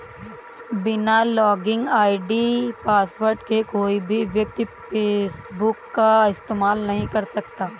बिना login ID password के कोई भी व्यक्ति फेसबुक का इस्तेमाल नहीं कर सकता